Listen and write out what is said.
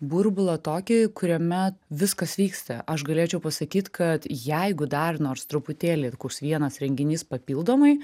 burbulą tokį kuriame viskas vyksta aš galėčiau pasakyt kad jeigu dar nors truputėlį koks vienas renginys papildomai